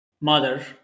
mother